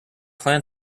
clan